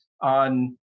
on